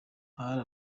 hari